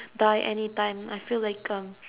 die anytime I feel like um